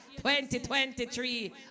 2023